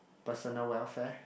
personal welfare